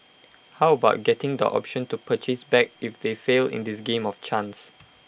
how about getting the option to purchase back if they fail in this game of chance